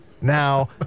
Now